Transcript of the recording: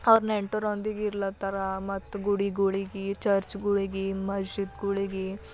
ಅವ್ರು ನೆಂಟರೊಂದಿಗೆ ಇರ್ಲಾತ್ತಾರ ಮತ್ತು ಗುಡಿಗಳಿಗೆ ಚರ್ಚಗಳಿಗೆ ಮಸೀದಿಗಳಿಗೆ